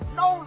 no